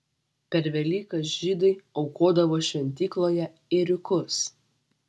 per velykas žydai aukodavo šventykloje ėriukus